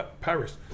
Paris